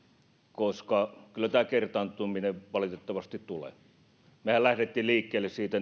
koska kyllä tämä kertaantuminen valitettavasti tulee mehän lähdimme liikkeelle siitä